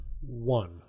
one